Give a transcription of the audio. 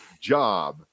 job